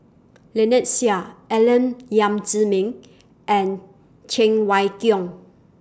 Lynnette Seah Alex Yam Ziming and Cheng Wai Keung